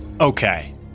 Okay